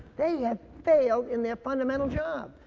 they have failed in their fundamental job.